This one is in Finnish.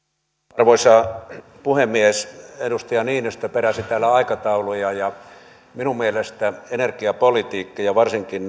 arvoisa puhemies edustaja niinistö peräsi täällä aikatauluja ja minun mielestäni energiapolitiikan ja varsinkin